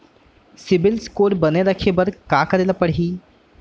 CIBIL score बने रखे बर का करे पड़ही?